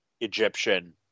Egyptian